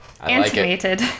Animated